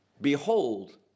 Behold